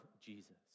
Jesus